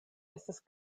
estas